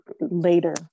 later